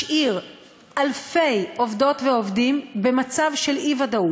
משאיר אלפי עובדות ועובדים במצב של אי-ודאות.